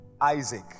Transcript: Isaac